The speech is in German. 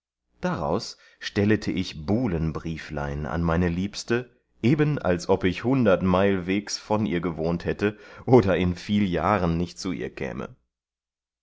daraus stellete ich buhlenbrieflein an meine liebste eben als ob ich hundert meil wegs von ihr gewohnt hätte oder in viel jahren nicht zu ihr käme